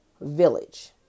village